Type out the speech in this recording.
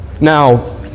Now